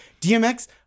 DMX –